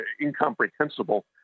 incomprehensible